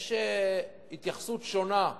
יש התייחסות שונה,